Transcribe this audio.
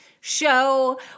show